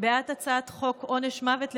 הוא בעיניי תיקון עוול של שנים ארוכות,